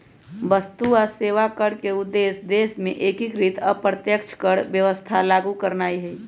वस्तु आऽ सेवा कर के उद्देश्य देश में एकीकृत अप्रत्यक्ष कर व्यवस्था लागू करनाइ हइ